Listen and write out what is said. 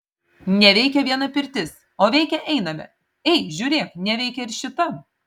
neveikia viena pirtis o veikia einame ei žiūrėk neveikia ir šita